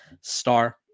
star